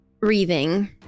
breathing